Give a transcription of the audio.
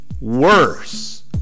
Worse